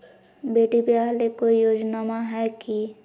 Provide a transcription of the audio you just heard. बेटी ब्याह ले कोई योजनमा हय की?